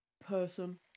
person